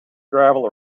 gravel